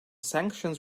sanctions